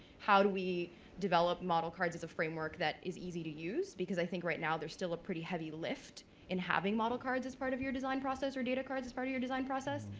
how do we develop model cards as a framework that is easy to use? because i think right now there's still a pretty heavy lift in having model cards as part of your design process or data cards as part of your design process.